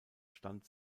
stand